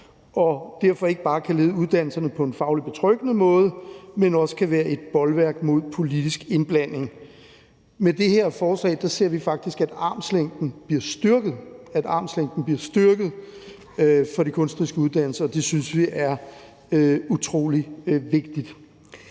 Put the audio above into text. og derfor ikke bare kan lede uddannelserne på en faglig betryggende måde, men også kan være et bolværk mod politisk indblanding. Med det her forslag ser vi faktisk, at armslængdeprincippet bliver styrket for de kunstneriske uddannelser, og det synes vi er utrolig vigtigt.